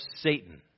Satan